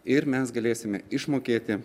ir mes galėsime išmokėti